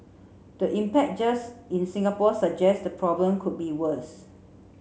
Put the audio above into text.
the impact just in Singapore suggest the problem could be worse